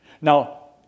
Now